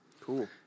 Cool